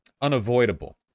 unavoidable